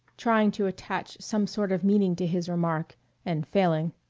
trying to attach some sort of meaning to his remark and failing.